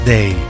Day